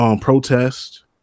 protest